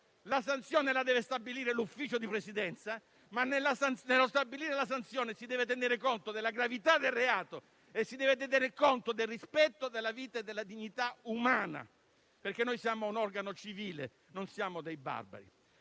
la sanzione deve essere stabilita dal Consiglio di Presidenza, ma nello stabilire la sanzione si deve tenere conto della gravità del reato e del rispetto della vita e della dignità umana (perché noi siamo un organo civile, non siamo dei barbari).